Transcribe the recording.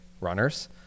runners